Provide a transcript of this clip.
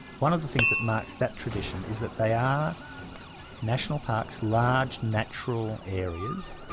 one of the things that marks that tradition is that they are national parks, large natural areas,